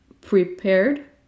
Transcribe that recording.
prepared